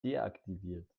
deaktiviert